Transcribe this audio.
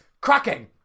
cracking